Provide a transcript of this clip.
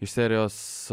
iš serijos